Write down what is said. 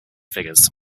figures